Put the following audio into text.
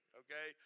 okay